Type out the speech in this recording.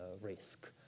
risk